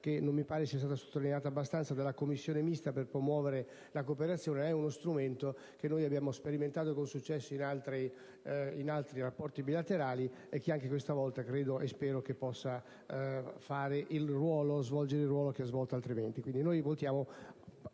che non mi pare sia stata sottolineata abbastanza, della commissione mista per promuovere la cooperazione: si tratta di uno strumento che abbiamo sperimentato con successo in altri rapporti bilaterali e che - anche questa volta - credo e spero possa svolgere il ruolo che ha svolto in